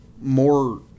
more